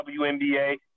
WNBA